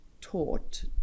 taught